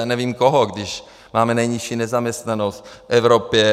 Nevím koho, když máme nejnižší nezaměstnanost v Evropě.